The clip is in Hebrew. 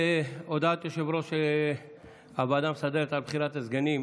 הצעת הוועדה המסדרת לבחור את חברי הכנסת משה טור